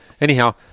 anyhow